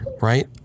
Right